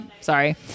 Sorry